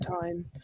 time